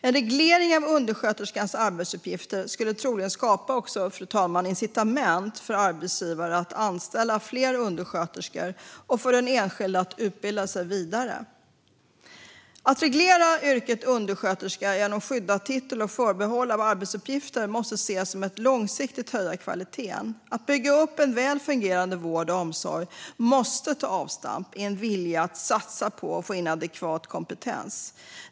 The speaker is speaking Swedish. En reglering av undersköterskans arbetsuppgifter skulle troligen skapa incitament för arbetsgivare att anställa fler undersköterskor och för den enskilda att utbilda sig vidare. Att reglera yrket undersköterska genom skyddad titel och förbehåll av arbetsuppgifter måste ses som ett långsiktigt sätt att höja kvaliteten. Att bygga upp en väl fungerande vård och omsorg måste ta avstamp i en vilja att satsa på och få in adekvat kompetens.